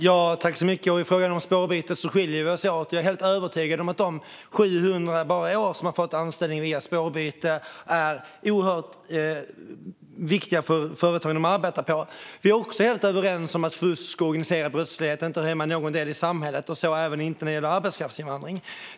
Fru talman! I frågan om spårbytet skiljer vi oss åt. Jag är helt övertygad om att de 700 som bara i år har fått anställning via spårbyte är oerhört viktiga för de företag de arbetar på. Vi är helt överens om att fusk och organiserad brottslighet inte hör hemma i någon del i samhället, och inte heller när det gäller arbetskraftsinvandring.